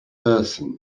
person